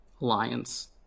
Alliance